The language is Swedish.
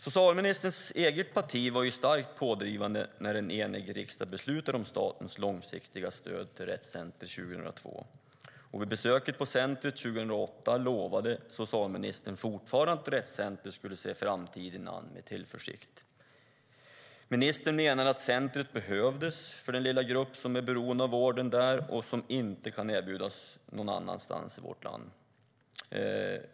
Socialministerns eget parti var starkt pådrivande när en enig riksdag beslutade om statens långsiktiga stöd till Rett Center 2002. Vid besöket på centret 2008 lovade socialministern fortfarande att Rett Center skulle se framtiden an med tillförsikt. Ministern menade att centret behövdes för den lilla grupp som är beroende av vården där, som inte kan erbjudas någon annanstans i vårt land.